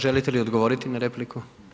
Želite li odgovoriti na repliku?